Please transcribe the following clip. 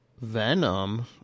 Venom